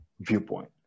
viewpoint